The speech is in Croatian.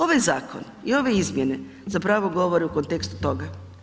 Ovaj zakon i ove izmjene zapravo govore u kontekst toga.